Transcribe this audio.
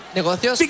negocios